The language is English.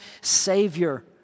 Savior